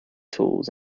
tools